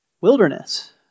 wilderness